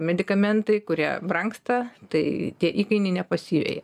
medikamentai kurie brangsta tai tie įkainiai nepasiveja